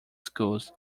schools